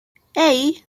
hey